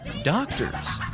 doctors?